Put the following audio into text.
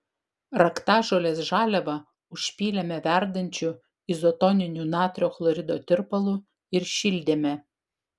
raktažolės žaliavą užpylėme verdančiu izotoniniu natrio chlorido tirpalu ir šildėme